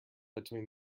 between